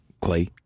Clay